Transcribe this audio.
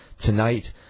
Tonight